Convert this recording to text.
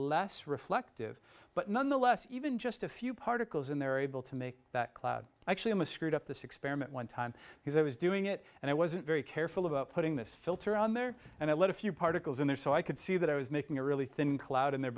less reflective but nonetheless even just a few particles in there are able to make that cloud actually i'm a screwed up this experiment one time because i was doing it and i wasn't very careful about putting this filter on there and i let a few particles in there so i could see that i was making a really thin cloud in there